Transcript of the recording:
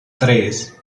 tres